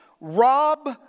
rob